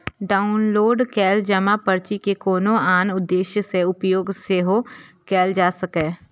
download कैल जमा पर्ची के कोनो आन उद्देश्य सं उपयोग सेहो कैल जा सकैए